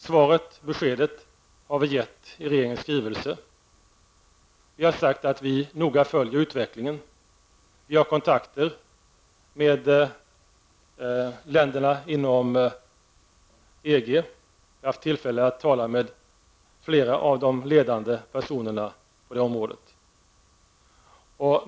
Vi har gett besked i regeringens skrivelse. Vi har sagt att vi noga följer utvecklingen. Vi har kontakter med länderna inom EG, och vi har haft tillfälle att tala med flera av de ledande personerna på det området.